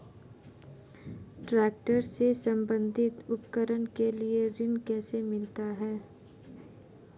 Tractor से संबंधित उपकरण के लिए ऋण कैसे मिलता है?